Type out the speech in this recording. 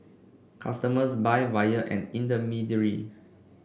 customers buy via an intermediary